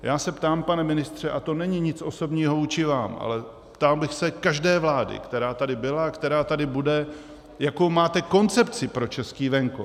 Já se ptám, pane ministře a to není nic osobního vůči vám, ptal bych se každé vlády, která tady byla a která tady bude jakou máte koncepci pro český venkov.